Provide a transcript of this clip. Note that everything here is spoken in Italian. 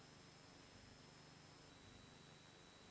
Grazie,